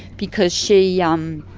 because she yeah ah um